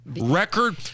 Record